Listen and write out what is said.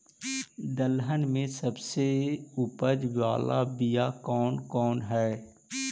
दलहन में सबसे उपज बाला बियाह कौन कौन हइ?